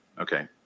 Okay